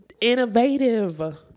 Innovative